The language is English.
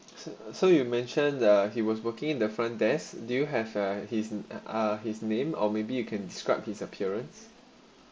so so you mentioned that he was working in the front desk do have uh his uh his name or maybe you can describe his appearance